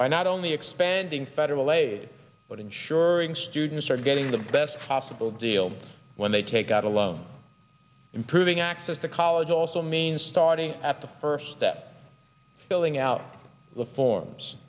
by not only expanding federal aid but ensuring students are getting the best possible deal when they take out a loan improving access to college also means starting at the first step filling out the forms